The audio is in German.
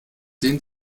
den